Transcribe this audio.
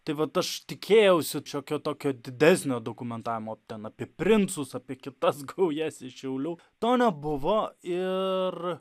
tai vat aš tikėjausi šiokio tokio didesnio dokumentavimo ten apie princus apie kitas gaujas iš šiaulių to nebuvo ir